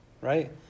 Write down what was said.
Right